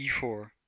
e4